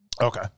Okay